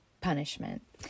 punishment